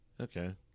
Okay